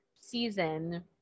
season